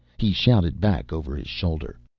he shouted back over his shoulder.